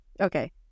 Okay